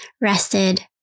rested